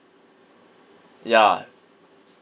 ya